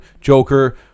Joker